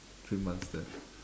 three months there